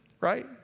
right